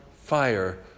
fire